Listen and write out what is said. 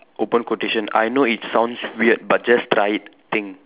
open quotation I know it sounds weird but just try it think